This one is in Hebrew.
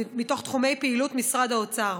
תחומי פעילות משרד האוצר: